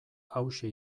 hauxe